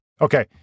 okay